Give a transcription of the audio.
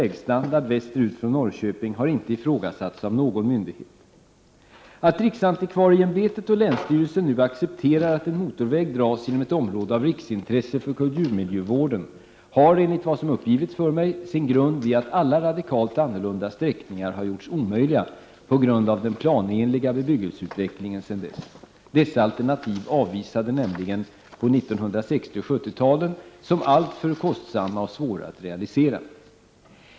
1988/89:75 Norrköping har inte ifrågasatts av någon myndighet. 7 mars 1989 Att riksantikvarieämbetet och länsstyrelsen nu accepterar att en motorväg dras genom ett område av riksintresse för kulturmiljövården har — enligt vad som uppgivits för mig — sin grund i att alla radikalt annorlunda sträckningar har gjorts omöjliga på grund av den planenliga bebyggelseutvecklingen sedan dess. Dessa alternativ avvisades nämligen på 1960 och 1970-talen som alltför kostsamma och svåra att realisera.